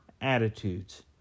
attitudes